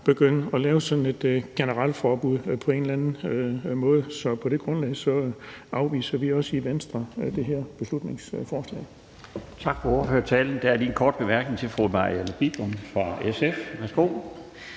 begynde at lave sådan et generelt forbud på en eller anden måde. Så på det grundlag afviser vi også i Venstre det her beslutningsforslag. Kl. 16:28 Den fg. formand (Bjarne Laustsen): Tak for ordførertalen. Der er lige en kort bemærkning til fru Marianne Bigum fra SF. Værsgo.